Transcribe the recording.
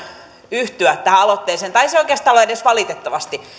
yhtyä tähän aloitteeseen tai ei se oikeastaan ole edes valitettavasti